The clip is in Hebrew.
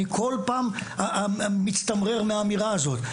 אני כל פעם מצטמרר מהאמירה הזו.